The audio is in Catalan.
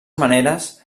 maneres